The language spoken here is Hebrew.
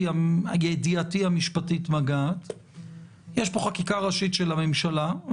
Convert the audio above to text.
יש פה חקיקה ראשית של הממשלה,